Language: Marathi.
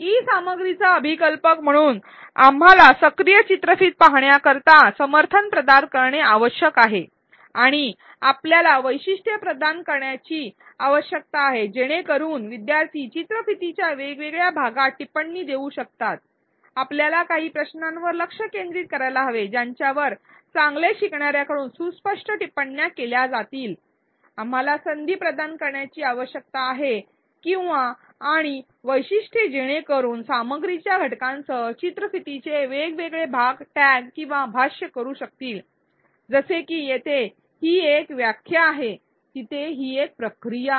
ई सामग्रीचा अभिकल्पक म्हणून आपल्याला सक्रिय चित्रफित पाहण्याकरिता समर्थन प्रदान करणे आवश्यक आहे आणि आपल्याला वैशिष्ट्ये प्रदान करण्याची आवश्यकता आहे जेणेकरुन विद्यार्थी चित्रफितीच्या वेगवेगळ्या भागात टिप्पणी देऊ शकतातआपल्याला लक्ष केंद्रित प्रश्न विद्यार्थ्यांच्या टिप्पण्या सुस्पष्ट फोकस प्रश्नांची उत्तरे देण्यासाठी प्रदान करण्याची आवश्यकता आहे आपल्याला संधी प्रदान करण्याची आवश्यकता आहे किंवा आणि वैशिष्ट्ये जेणेकरुन सामग्रीच्या घटकांसह चित्रफितीचे वेगवेगळे भाग टॅग किंवा भाष्य करू शकतील जसे की येथे ही एक व्याख्या आहे तिथे ही एक प्रक्रिया आहे